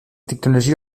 technologie